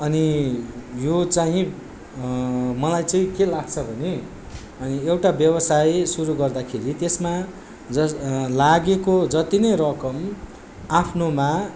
अनि यो चाहिँ मलाई चाहिँ के लाग्छ भने अनि एउटा व्यवसाय सुरु गर्दाखेरि त्यसमा लागेको जति नै रकम आफ्नोमा